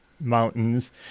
Mountains